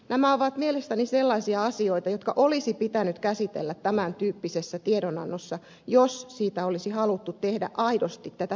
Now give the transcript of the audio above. nämä ovat mielestäni sellaisia asioita jotka olisi pitänyt käsitellä tämän tyyppisessä tiedonannossa jos siitä olisi haluttu tehdä aidosti tätä problematiikkaa kuvaileva